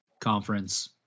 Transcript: conference